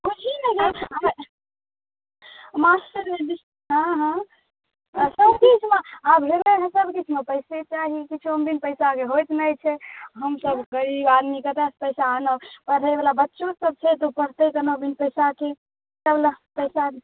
कही ने गे मास्टरमे भी हँ हँ सबकिछुमे आब रिटेनमे सब किछुमे पइसे चाही किछुओमे बिनु पइसाके होइत नहि छै हमसब गरीब आदमी कतऽसँ पइसा आनब पढ़ैवला बच्चो सब छै तऽ ओ पढ़तै कोना बिनु पइसाके सबलए पइसा